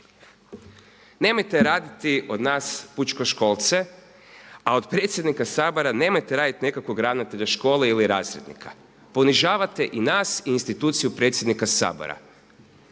Nemojte raditi od nas pučkoškolce, a od predsjednika Sabora nemojte raditi nekakvog ravnatelja škole ili razrednika. Ponižavate i nas i instituciju predsjednika Sabora.